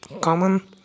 common